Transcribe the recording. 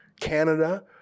Canada